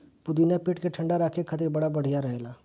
पुदीना पेट के ठंडा राखे खातिर बड़ा बढ़िया रहेला